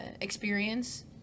experience